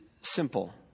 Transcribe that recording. simple